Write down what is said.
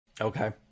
okay